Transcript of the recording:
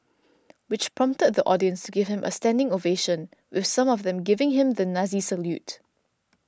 which prompted the audience to give him a standing ovation with some of them giving him the Nazi salute